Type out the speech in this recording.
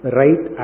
right